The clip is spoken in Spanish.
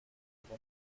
que